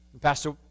Pastor